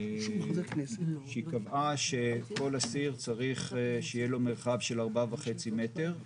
שהיא קבעה שכל אסיר צריך שיהיה לו מרחב של 4.5 מטר,